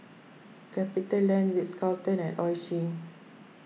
CapitaLand Ritz Carlton and Oishi